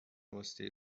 واسطه